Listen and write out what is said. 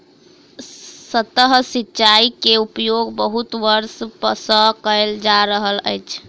सतह सिचाई के उपयोग बहुत वर्ष सँ कयल जा रहल अछि